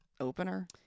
opener